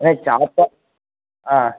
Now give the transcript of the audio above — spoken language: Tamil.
அண்ணே